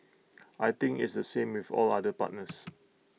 I think it's the same with all other partners